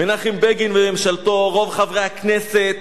מנחם בגין וממשלתו, רוב חברי הכנסת,